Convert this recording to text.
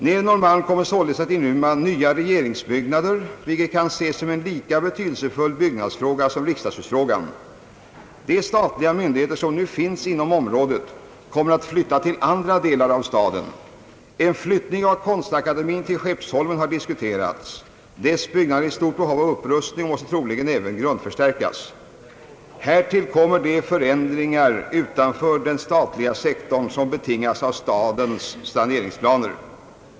Nedre Norrmalm kommer således att inrymma nya regeringsbyggnader vilket kan ses som en lika betydelsefull byggnadsfråga som riksdagshusfrågan. De statliga myndigheter som nu finns inom området kommer att flytta till andra delar av staden. En flyttning av Konstakademien till Skeppsholmen har diskuterats; dess byggnad är i stort behov av upp rustning och måste troligen även grundförstärkas. Härtill kommer de förändringar utanför den statliga sektorn som betingas av stadens saneringsplaner.